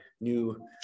new